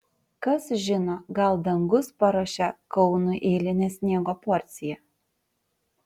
kas žino gal dangus paruošė kaunui eilinę sniego porciją